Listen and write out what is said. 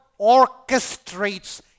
orchestrates